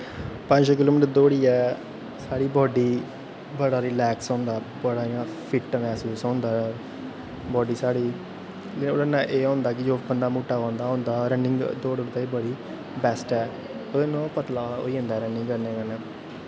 पंज छे kilometre दौड़ियै साढ़ी बॉड्डी बड़ा रिलैक्स होंदा बड़ा इ'या फिट्ट मसूस होंदा बॉड्डी साढ़ी रनिंग नै एह् होंदा कि जेह्ड़ा मोटा बंदा होंदा रनिंग कन्नै दौड़े ओह्दे लेई वेस्ट ऐ ते ओह्दे कन्नै ओह् पतला होई जंदा रनिंग करने कन्नै